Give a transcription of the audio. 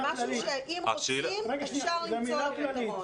אם רוצים, אפשר למצוא פתרון.